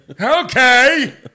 Okay